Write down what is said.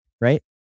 right